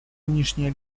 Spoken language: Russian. нынешнее